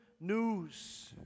news